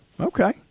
Okay